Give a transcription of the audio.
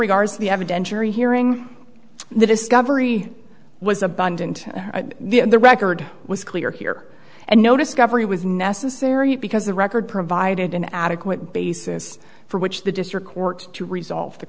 regard to the evidentiary hearing the discovery was abundant the record was clear here and no discovery was necessary because the record provided an adequate basis for which the district court to resolve the